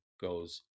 goes